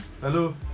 Hello